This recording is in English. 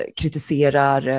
kritiserar